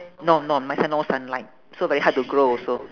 no no my side no sunlight so very hard to grow also